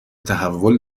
تحول